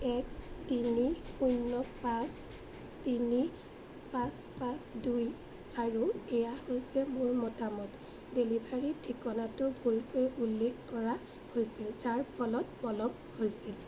এক তিনি শূন্য পাঁচ তিনি পাঁচ পাঁচ দুই আৰু এয়া হৈছে মোৰ মতামত ডেলিভাৰী ঠিকনাটো ভুলকৈ উল্লেখ কৰা হৈছিল যাৰ ফলত পলম হৈছিল